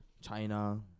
china